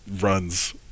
runs